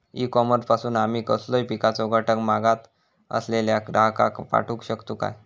E commerce पासून आमी कसलोय पिकाचो घटक मागत असलेल्या ग्राहकाक पाठउक शकतू काय?